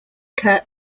kurt